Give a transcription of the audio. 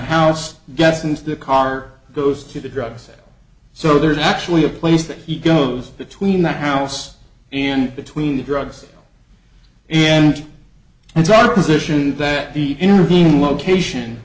house gets into the car goes to the drugs so there's actually a place that he goes between the house and between the drugs and it's our position that the intervening location